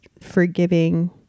forgiving